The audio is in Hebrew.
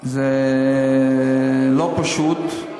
זה לא פשוט,